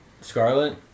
Scarlet